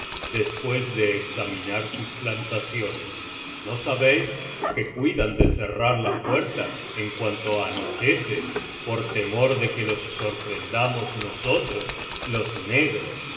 después de examinar sus plantaciones no sabéis que cuidan de cerrar la puerta en cnanto anochece por temor ele que los sorprendamos nosotros los negros pues saben que